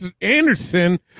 Anderson